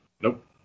Nope